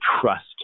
trust